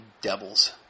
devils